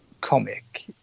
comic